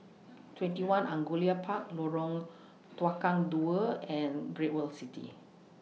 TwentyOne Angullia Park Lorong Tukang Dua and Great World City